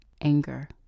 anger